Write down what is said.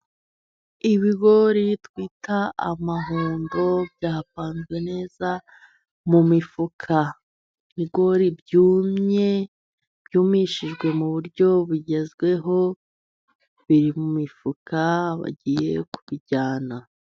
Ibigori twita amahundo byapanzwe neza mu mifuka. Ibigori byumye, byumishijwe mu buryo bugezweho, biri mu mifuka bagiye kubijyana.